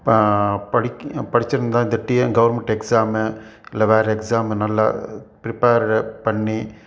ப படிக்கி படிச்சிருந்தால் இந்த டிஎன் கவர்மெண்ட் எக்ஸாம் இல்லை வேற எக்ஸாம் நல்லா ப்ரிப்பெர் பண்ணி